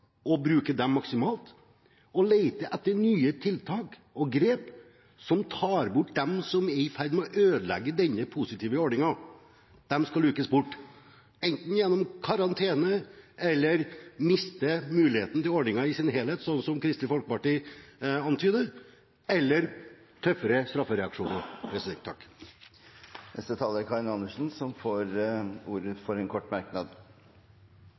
bruke dem maksimalt, og lete etter nye tiltak og grep som tar bort dem som er i ferd med å ødelegge denne positive ordningen. De skal lukes bort, enten gjennom karantene eller ved å miste muligheten til å bruke ordningen i det hele tatt, slik som Kristelig Folkeparti antyder, eller ved tøffere straffereaksjoner. Representanten Karin Andersen har hatt ordet to ganger tidligere og får ordet til en kort merknad,